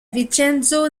vincenzo